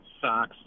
socks